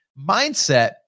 mindset